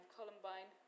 Columbine